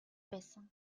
байсан